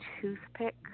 toothpick